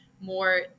more